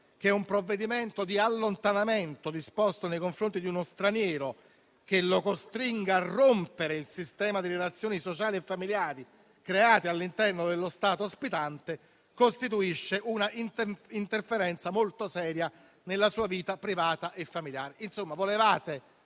che un provvedimento di allontanamento disposto nei confronti di uno straniero tale da costringerlo a rompere il sistema di relazioni sociali e familiari creati all'interno dello Stato ospitante costituisca un'interferenza molto seria nella sua vita privata e familiare.